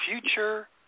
future